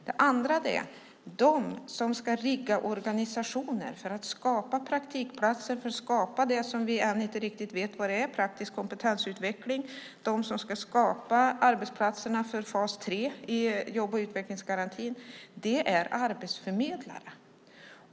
Det andra är att de som ska rigga organisationer för att skapa praktikplatser, för att skapa det varom vi än inte riktigt vet vad det är, för praktisk kompetensutveckling, de som ska skapa arbetsplatserna för fas tre i jobb och utvecklingsgarantin, de är arbetsförmedlare.